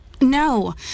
no